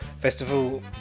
Festival